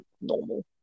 normal